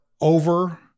over